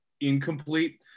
incomplete